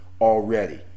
already